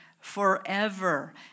forever